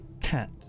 cat